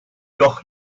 doch